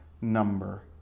number